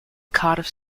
cardiff